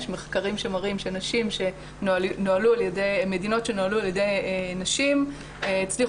יש מחקרים שמראים שמדינות שנוהלו על ידי נשים הצליחו